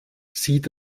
sieht